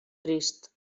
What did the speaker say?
trist